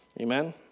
Amen